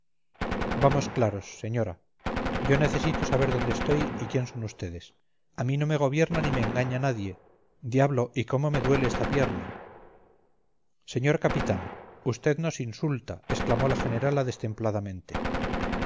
vamos claros señora yo necesito saber dónde estoy y quiénes son ustedes a mí no me gobierna ni me engaña nadie diablo y cómo me duele esta pierna señor capitán usted nos insulta exclamó la